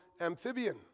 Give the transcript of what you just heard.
amphibian